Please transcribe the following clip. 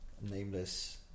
nameless